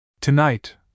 Tonight